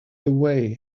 away